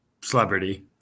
celebrity